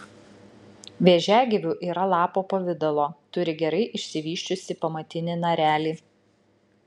vėžiagyvių yra lapo pavidalo turi gerai išsivysčiusį pamatinį narelį